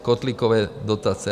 Kotlíkové dotace.